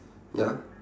ya